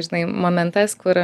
žinai momentas kur